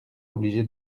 obligé